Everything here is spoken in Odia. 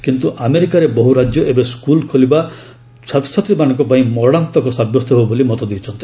କିନ୍ତୁ ଆମେରିକାରେ ବହୁ ରାଜ୍ୟ ଏବେ ସ୍କୁଲ ଖୋଲିବା ଛାତ୍ରଛାତ୍ରୀମାନଙ୍କ ପାଇଁ ମରଣାନ୍ତକ ସାବ୍ୟସ୍ତ ହେବ ବୋଲି ମତ ଦେଇଛନ୍ତି